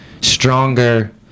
stronger